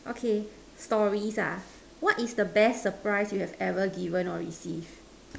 okay stories ah what is the best surprise you have ever given or receive